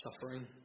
suffering